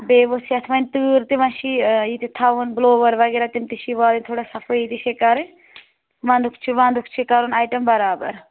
بیٚیہِ ؤژھ یَتھ وۄنۍ تۭر تہِ وۄنۍ چھی یہِ تہِ تھاوُن بُلووَر وغیرہ تِم تہِ چھی والٕنۍ تھوڑا صفٲیی تہِ چھے کَرٕنۍ ونٛدُک چھُ ونٛدُک چھُ کَرُن آیٹَم بَرابَر